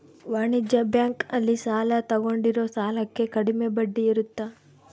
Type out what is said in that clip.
ವಾಣಿಜ್ಯ ಬ್ಯಾಂಕ್ ಅಲ್ಲಿ ಸಾಲ ತಗೊಂಡಿರೋ ಸಾಲಕ್ಕೆ ಕಡಮೆ ಬಡ್ಡಿ ಇರುತ್ತ